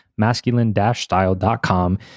masculine-style.com